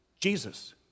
Jesus